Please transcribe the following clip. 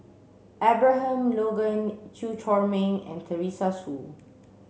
Abraham Logan Chew Chor Meng and Teresa Hsu